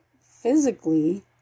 physically